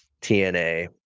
TNA